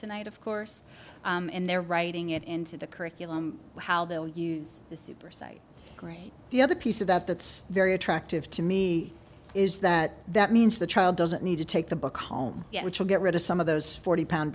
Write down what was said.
tonight of course and they're writing it into the curriculum how they'll use the super site great the other piece of that that's very attractive to me is that that means the child doesn't need to take the book home which will get rid of some of those forty pound